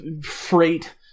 freight